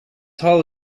hall